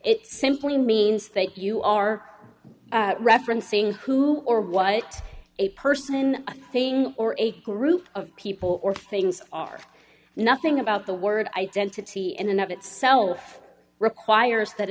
it simply means that you are referencing who or what a person a thing or a group of people or things are nothing about the word identity in and of itself requires that